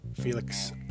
Felix